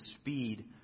speed